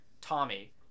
Tommy